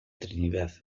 trinidad